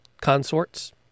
consorts